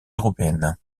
européennes